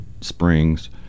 springs